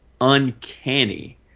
uncanny